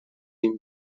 این